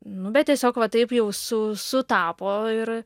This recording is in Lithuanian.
nu bet tiesiog va taip jau su sutapo ir